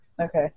Okay